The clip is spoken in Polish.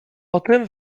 potem